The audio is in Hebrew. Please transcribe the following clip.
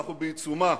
אנחנו בעיצומה,